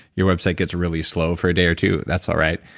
your website gets really slow for a day or two, that's all right.